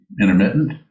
intermittent